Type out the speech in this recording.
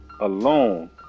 alone